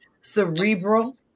cerebral